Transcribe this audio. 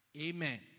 Amen